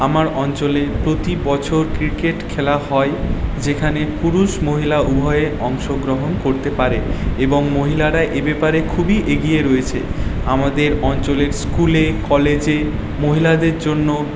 আমার অঞ্চলে প্রতি বছর ক্রিকেট খেলা হয় যেখানে পুরুষ মহিলা উভয়ে অংশগ্রহণ করতে পারে এবং মহিলারা এ ব্যাপারে খুবই এগিয়ে রয়েছে আমাদের অঞ্চলের স্কুলে কলেজে মহিলাদের জন্য